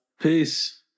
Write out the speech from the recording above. Peace